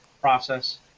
process